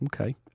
Okay